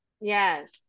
Yes